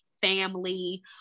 family